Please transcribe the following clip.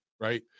right